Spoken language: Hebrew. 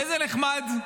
איזה נחמד.